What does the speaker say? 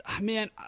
Man